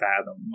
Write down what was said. fathom